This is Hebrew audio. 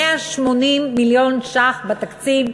180 מיליון ש"ח בתקציב,